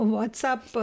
WhatsApp